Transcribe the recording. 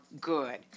good